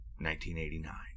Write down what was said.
1989